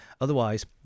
Otherwise